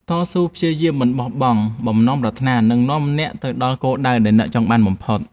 តស៊ូព្យាយាមមិនបោះបង់បំណងប្រាថ្នានឹងនាំអ្នកទៅដល់គោលដៅដែលអ្នកចង់បានបំផុត។